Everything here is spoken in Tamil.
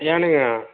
ஏனுங்க